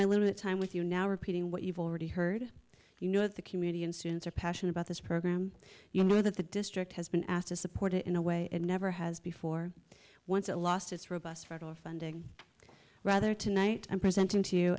my limited time with you now repeating what you've already heard you know the community and students are passionate about this program you know that the district has been asked to support it in a way it never has before once it lost its robust federal funding rather tonight i'm presenting t